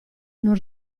non